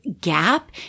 gap